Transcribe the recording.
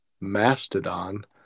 mastodon